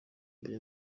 imbere